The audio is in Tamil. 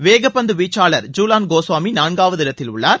வேகப்பந்து வீச்சாளர் ஜுலான் கோஸ்வாமி நான்காம் இடத்தில் உள்ளார்